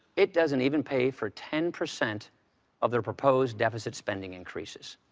it doesn't even pay for ten percent of their proposed deficit spending increases.